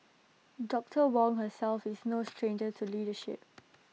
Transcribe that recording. doctor Wong herself is no stranger to leadership